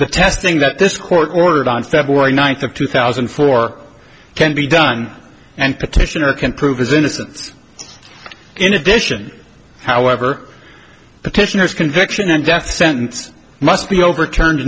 the testing that this court ordered on february ninth of two thousand and four can be done and petitioner can prove his innocence in addition however petitioners conviction and death sentence must be overturned